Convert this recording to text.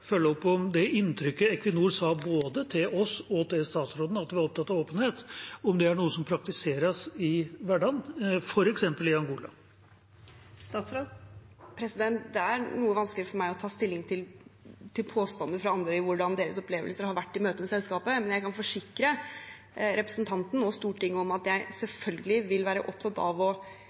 følge opp det inntrykket – Equinor sa både til oss og til statsråden at de var opptatt av åpenhet – og om det er noe som praktiseres i hverdagen, f.eks. i Angola. Det er noe vanskelig for meg å ta stilling til påstander fra andre om hvordan deres opplevelser har vært i møte med selskapet. Men jeg kan forsikre representanten og Stortinget om at jeg selvfølgelig vil være opptatt av å